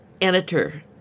editor